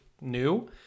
new